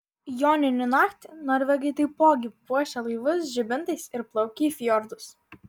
joninių naktį norvegai taipogi puošia laivus žibintais ir plaukia į fjordus